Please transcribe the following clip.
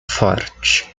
forte